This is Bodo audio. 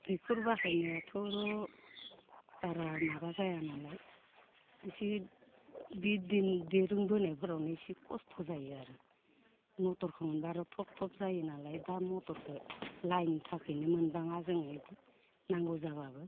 दैखर बाहायनायाथ' र' बारा माबा जायानालाय इसे बे दिरुं बोनायफोरावनो इसे खस्थ' जायो आरो मटरखौ मोनब्ला आरो थब थब जायोनालाय दा मटरखो लाइननि थाखायनो मोनबाङा जोङो इदि नांगौ जाब्लाबो